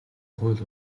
хууль